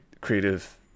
creative